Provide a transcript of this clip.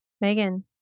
Megan